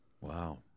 Wow